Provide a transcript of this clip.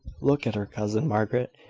look at her, cousin margaret!